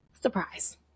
Surprise